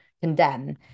condemn